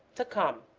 to come.